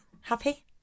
Happy